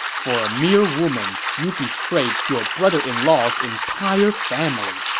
for a mere woman, you betrayed your brother-in-law's entire family,